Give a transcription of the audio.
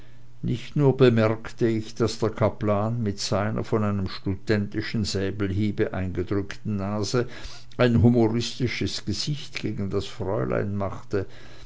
nicht nur bemerkte ich daß der kaplan mit seiner von einem studentischen säbelhiebe eingedrückten nase ein humoristisches gesicht gegen das fräulein machte